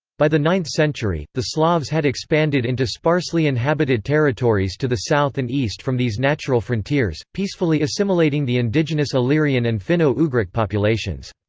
by the ninth century, the slavs had expanded into sparsely inhabited territories to the south and east from these natural frontiers, peacefully assimilating the indigenous illyrian and finno-ugric populations.